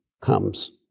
comes